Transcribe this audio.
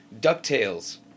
DuckTales